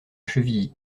chevilly